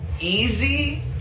easy